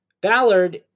Ballard